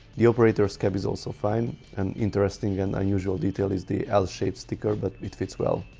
the operators cab is also fine. an interesting and unusual detail is the l-shaped sticker but it fits well.